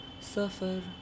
suffer